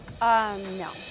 No